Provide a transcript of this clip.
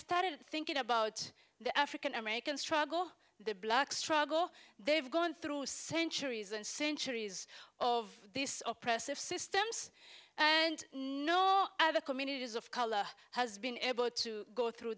started thinking about the african american struggle the block struggle they've gone through centuries and centuries of these oppressive systems and no other communities of color has been able to go through